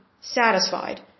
satisfied